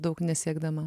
daug nesiekdama